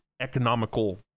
economical